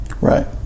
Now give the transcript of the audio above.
Right